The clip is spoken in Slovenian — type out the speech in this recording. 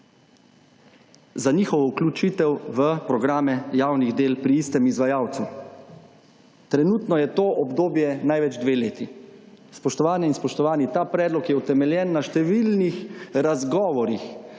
za njihovo vključitev v programe javnih del pri istem izvajalcu. Trenutno je to obdobje največ dve leti. Spoštovane in spoštovani, ta predlog je utemeljen na številnih razgovorih,